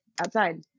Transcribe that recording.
outside